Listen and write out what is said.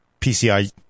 PCI